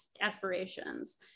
aspirations